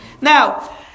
Now